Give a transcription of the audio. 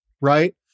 right